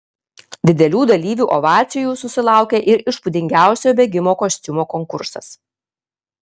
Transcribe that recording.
didelių dalyvių ovacijų susilaukė ir įspūdingiausio bėgimo kostiumo konkursas